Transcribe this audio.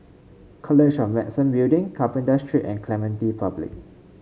College of Medicine Building Carpenter Street and Clementi Public